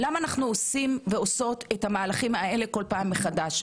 למה אנחנו עושים ועושות את המהלכים האלה כל פעם מחדש?